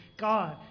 God